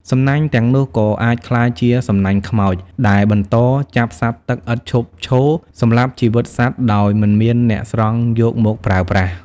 សំណាញ់ទាំងនោះក៏អាចក្លាយជា "សំណាញ់ខ្មោច" ដែលបន្តចាប់សត្វទឹកឥតឈប់ឈរ សម្លាប់ជីវិតសត្វដោយមិនមានអ្នកស្រង់យកមកប្រើប្រាស់។